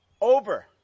over